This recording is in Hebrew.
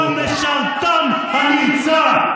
אתה הוא משרתם הנרצע.